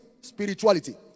spirituality